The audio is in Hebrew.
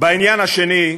העניין השני,